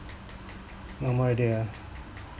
no more already ah